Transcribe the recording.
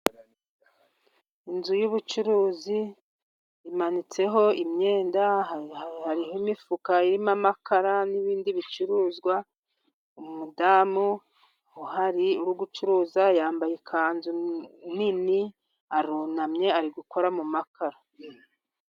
Inzu y'ubucuruzi imanitseho imyenda, hariho imifuka irimo amakara n'ibindi bicuruzwa, umudamu uhari uri gucuruza yambaye ikanzu nini, arunamye ari gukora mu makara.